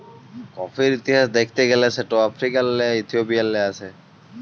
কফির ইতিহাস দ্যাখতে গ্যালে সেট আফ্রিকাল্লে ইথিওপিয়াল্লে আস্যে